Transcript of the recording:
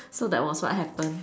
so that was what happened